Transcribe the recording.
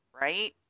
right